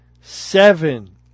seven